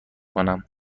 کنم